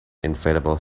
inflatable